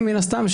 מן הסתם,